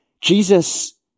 Jesus